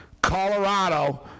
Colorado